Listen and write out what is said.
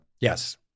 Yes